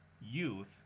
youth